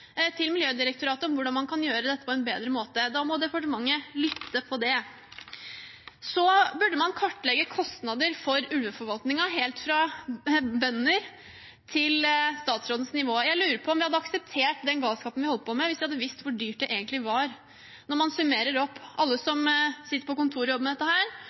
til Miljødirektoratet om hvordan man kan gjøre dette på en bedre måte. Da må departementet lytte til det. Så burde man kartlegge kostnader for ulveforvaltningen, helt fra bønders til statsrådens nivå. Jeg lurer på om vi hadde akseptert den galskapen vi holder på med, hvis vi hadde visst hvor dyrt det egentlig er når man summerer opp – alle som sitter på kontorjobb med dette,